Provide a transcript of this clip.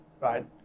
right